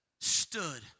Stood